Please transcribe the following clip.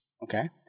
Okay